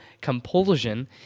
compulsion